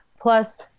Plus